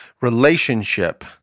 relationship